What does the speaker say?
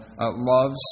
loves